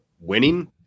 winning